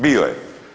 bio je.